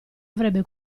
avrebbe